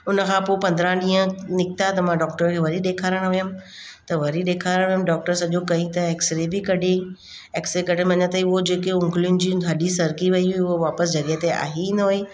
उन खां पोइ पंद्रहं ॾींहं निकिता त मां डॉक्टर खे वरी ॾेखारणु वियमि त वरी ॾेखारणु डॉक्टर सॼो कयईं त एक्स रे बि कढी एक्स रे कढणु महिल अञा ताईं उहे जेकियूं उंगलियुनि जी हॾी सरकी वई हुई उहो वापसि जॻहि ते आई न हुई